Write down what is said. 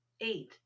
Eight